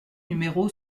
numéro